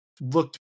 looked